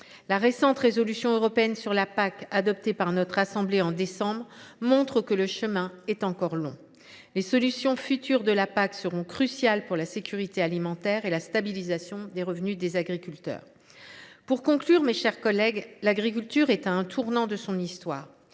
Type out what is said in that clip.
La résolution européenne sur la politique agricole commune adoptée par notre assemblée en décembre dernier montre que le chemin est encore long. Les solutions futures de la PAC seront cruciales pour la sécurité alimentaire et la stabilisation des revenus des agriculteurs. Pour conclure, mes chers collègues, l’agriculture est à un tournant de son histoire.